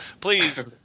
Please